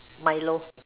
Milo